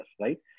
right